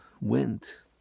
went